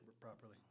properly